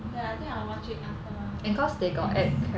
then I think I will watch it after quiz